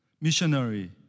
missionary